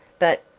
but,